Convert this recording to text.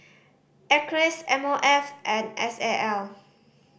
Acres M O F and S A L